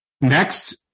Next